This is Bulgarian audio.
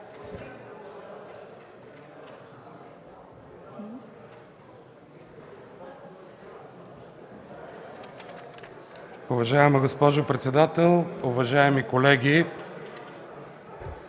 уважаема госпожо председател, уважаеми колеги!